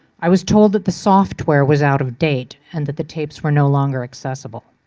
i was told that the software was out of date and that the tapes were no longer accessible.